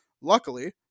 Luckily